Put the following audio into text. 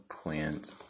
plant